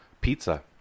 Pizza